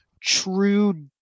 true